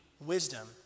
wisdom